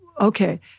okay